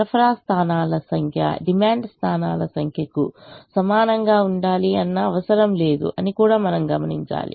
సరఫరా పాయింట్ల సంఖ్య డిమాండ్ పాయింట్ల సంఖ్యకు సమానంగా ఉండాలి అన్న అవసరం లేదు అని కూడా మనం గమనించాలి